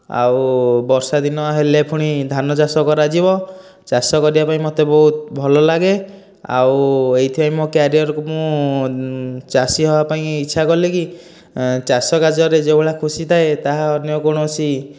ବର୍ଷା ଦିନ ହେଲେ ପୁଣି ଧାନ ଚାଷ କରାଯିବ ଚାଷ କରିବା ପାଇଁ ମୋତେ ବହୁତ ଭଲ ଲାଗେ ଏଇଥି ପାଇଁ ମୋ କ୍ୟାରିଅରକୁ ମୁଁ ଚାଷୀ ହେବା ପାଇଁ ଇଛା କଲିକି ଚାଷ କାର୍ଯ୍ୟରେ ଯେଉଁ ଭଳିଆ ଖୁସି ଥାଏ ତାହା ଅନ୍ୟ କୋଣସି